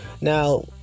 now